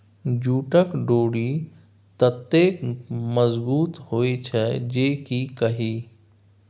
जूटक डोरि ततेक मजगुत होए छै जे की कही